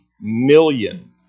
million